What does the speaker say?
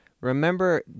Remember